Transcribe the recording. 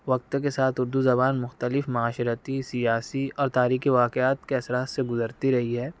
وقت کے ساتھ اردو زبان مختلف معاشرتی سیاسی اور تاریخی واقعات کے اثرات سے گزرتی رہی ہے